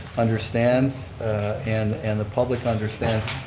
understands and and the public understands.